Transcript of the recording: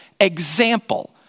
example